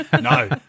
No